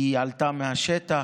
היא עלתה מהשטח,